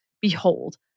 behold